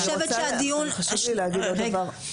חשוב לי להגיד עוד דבר,